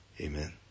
Amen